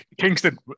Kingston